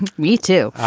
me too.